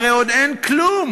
הרי עוד אין כלום.